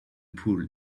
poles